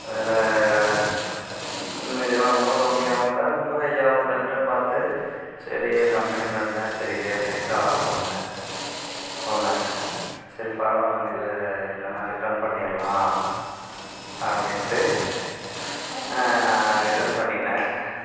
வில விலையெல்லாம் ரொம்ப கம்மியாகவும் இல்லை ரொம்ப ஹையாகவும் இல்லைன்ட்டு பார்த்து சரி ஒரு கம்பெனி பிராண்ட் மாதிரி தெரியுதே அப்படின்ட்டு ஆர்டர் பண்ணேன் சொன்னேன் சரி பரவாயில்லைங்க இது இல்லைனா ரிட்டர்ன் பண்ணிடலாம் அப்படின்ட்டு நான் ரிட்டன் பண்ணிட்டேன்